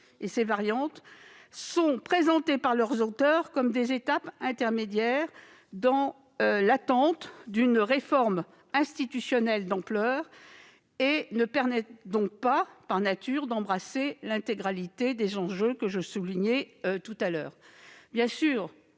et ces variantes sont présentés par leurs auteurs comme des étapes intermédiaires dans l'attente d'une réforme institutionnelle d'ampleur. Par nature, ils ne permettent donc pas d'embrasser l'intégralité des enjeux que je soulignais tout à l'heure.